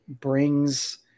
brings